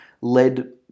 led